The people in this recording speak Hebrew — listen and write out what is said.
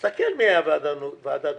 תסתכל מי היה בוועדת דומיניסיני,